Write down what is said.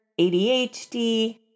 ADHD